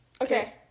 Okay